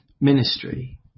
ministry